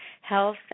health